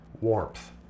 warmth